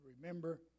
remember